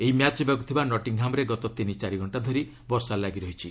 ଏହି ମ୍ୟାଚ୍ ହେବାକୁ ଥିବା ନଟିଂହାମ୍ରେ ଗତ ତିନି ଚାରି ଘଣ୍ଟା ଧରି ବର୍ଷା ଲାଗି ରହିଛି